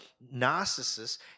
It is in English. Narcissus